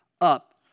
up